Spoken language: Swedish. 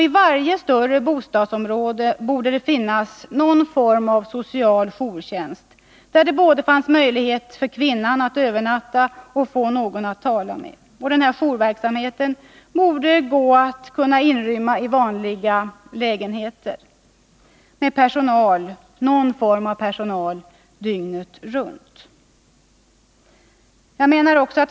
I varje större bostadsområde borde det finnas någon form av social jourtjänst, där det fanns möjlighet för kvinnan både att övernatta och att få någon att tala med. Denna jourverksamhet borde gå att inrymma i vanliga lägenheter med personal dygnet runt.